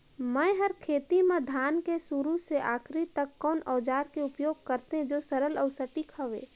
मै हर खेती म धान के शुरू से आखिरी तक कोन औजार के उपयोग करते जो सरल अउ सटीक हवे?